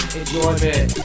enjoyment